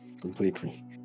completely